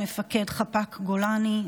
מפקד חפ"ק מח"ט גולני,